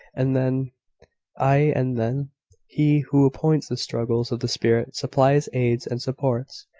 and then ay, and then he, who appoints the struggles of the spirit, supplies aids and supports.